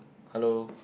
hello